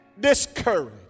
discouraged